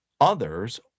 others